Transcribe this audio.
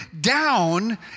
down